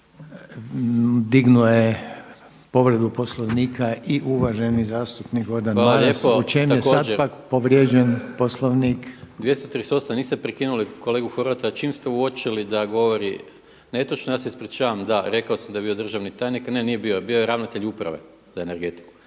Dignuo je povredu Poslovnika i uvaženi zastupnik Gordan Maras. U čemu je pak sada povrijeđen Poslovnik? **Maras, Gordan (SDP)** Hvala lijepo. 238. niste prekinuli kolegu Horvata čim ste uočili da govori netočno. Ja se ispričavam, da rekao sam da je bio državni tajnik, ne nije bio. Bio je ravnatelj uprave za energetiku,